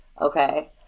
Okay